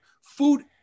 food